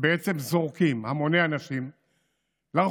ובעצם זורקים המוני אנשים לרחוב.